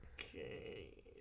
Okay